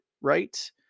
right